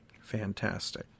Fantastic